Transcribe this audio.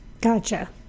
gotcha